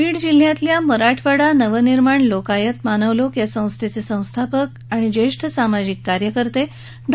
बीड जिल्ह्यातल्या मराठवाडा नवनिर्माण लोकायत मानवलोक या संस्थेचे संस्थापक ज्येष्ठ समाजसेवक डॉ